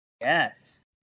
Yes